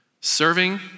Serving